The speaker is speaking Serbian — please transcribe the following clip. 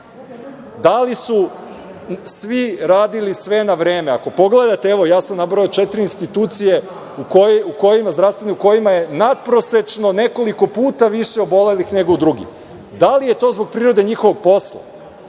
Da li su svi radili sve na vreme? Ako pogledate, evo ja sam nabrojao četiri institucije u kojima je natprosečno nekoliko puta više obolelih nego u drugim. Da li je to zbog prirode njihovog posla